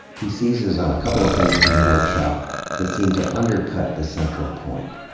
he seizes on a couple of things from the workshop that seem to undercut the central point,